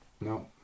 no